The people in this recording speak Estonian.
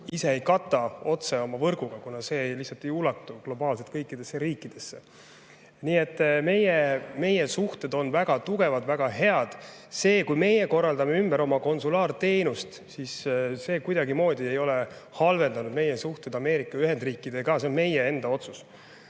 ise ei kata otse oma võrguga, kuna see lihtsalt ei ulatu globaalselt kõikidesse riikidesse. Nii et meie suhted on väga tugevad, väga head. See, kui meie korraldame ümber oma konsulaarteenust, ei ole kuidagimoodi halvendanud meie suhteid Ameerika Ühendriikidega. See on meie enda otsus.